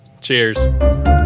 Cheers